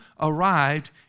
arrived